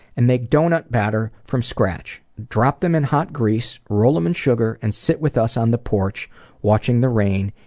and make donut batter from scratch. drop them in hot grease, roll them in sugar, and sit with us on the porch watching the rain,